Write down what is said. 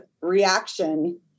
reaction